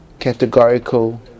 categorical